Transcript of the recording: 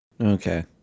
Okay